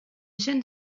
jeune